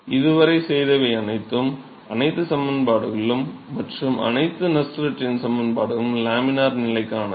இதுவரை செய்தவை அனைத்தும் அனைத்து சமன்பாடுகளும் மற்றும் அனைத்து நஸ்ஸெல்ட் எண் சமன்பாடுகளும் லாமினார் நிலைகளுக்கானது